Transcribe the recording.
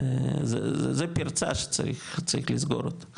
זה פרצה שצריך לסגור אותה